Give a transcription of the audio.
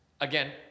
again